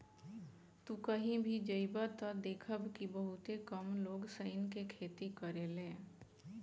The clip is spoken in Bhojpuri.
तू कही भी जइब त देखब कि बहुते कम लोग सनई के खेती करेले